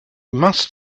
must